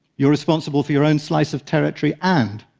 you're responsible for your own slice of territory and